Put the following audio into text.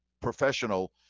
professional